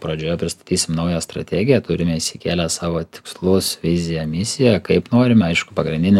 pradžioje pristatysim naują strategiją turime išsikėlę savo tikslus viziją misiją kaip norime aišku pagrindinė